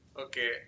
Okay